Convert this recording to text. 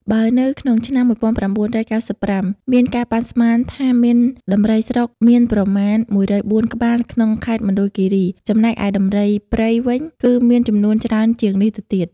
បើនៅក្នុងឆ្នាំ១៩៩៥ មានការប៉ាន់ស្មានថាមានដំរីស្រុកមានប្រមាណ ១០៤ ក្បាលនៅក្នុងខេត្តមណ្ឌលគិរី ចំណែកឯដំរីព្រៃវិញគឺមានចំនួនច្រើនជាងនេះទៅទៀត។